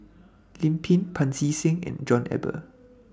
Lim Pin Pancy Seng and John Eber